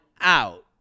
out